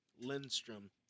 Lindstrom